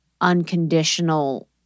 unconditional